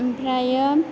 ओमफ्रायो